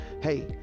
hey